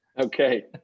Okay